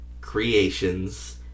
creations